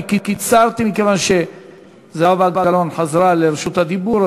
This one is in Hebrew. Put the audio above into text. אני קיצרתי כיוון שחברת הכנסת זהבה גלאון חזרה לרשות הדיבור,